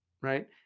right